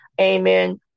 Amen